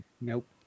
Nope